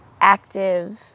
active